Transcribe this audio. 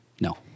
No